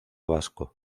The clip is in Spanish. vasco